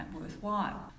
worthwhile